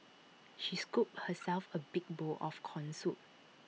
she scooped herself A big bowl of Corn Soup